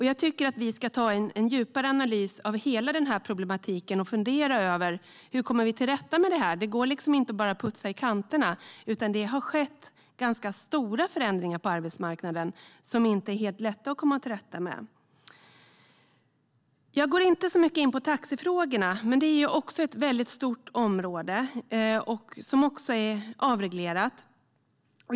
Jag tycker att vi ska göra en djupare analys av hela den här problematiken och fundera över hur vi kommer till rätta med detta. Det går inte bara att putsa i kanterna, utan det har skett ganska stora förändringar på arbetsmarknaden som inte är helt lätta att komma till rätta med. Jag ska inte gå in på taxifrågorna så mycket, men det är också ett väldigt stort område som är avreglerat.